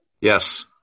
Yes